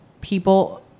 people